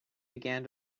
began